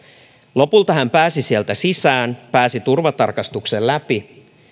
lopulta hän pääsi sieltä sisään ja pääsi turvatarkastuksen läpi